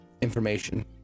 information